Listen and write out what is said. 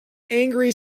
angry